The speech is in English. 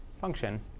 function